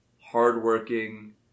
hardworking